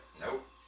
Nope